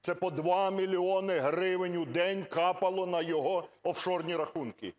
Це по 2 мільйони гривень в день капало на його офшорні рахунки.